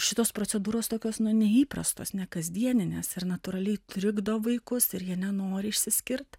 šitos procedūros tokios neįprastos nekasdienės ir natūraliai trikdo vaikus ir jie nenori išsiskirt